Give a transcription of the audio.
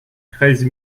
treize